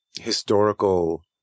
historical